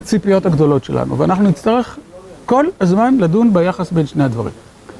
ציפיות הגדולות שלנו, ואנחנו נצטרך כל הזמן לדון ביחס בין שני הדברים.